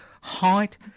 height